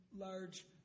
large